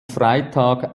freitag